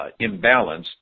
imbalanced